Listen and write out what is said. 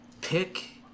Pick